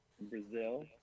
Brazil